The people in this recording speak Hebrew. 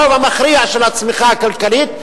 הרוב המכריע של הצמיחה הכלכלית,